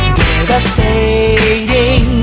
Devastating